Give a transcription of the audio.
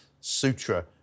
sutra